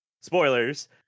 spoilers